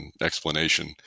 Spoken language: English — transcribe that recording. explanation